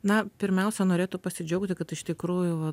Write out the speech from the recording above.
na pirmiausia norėtų pasidžiaugti kad iš tikrųjų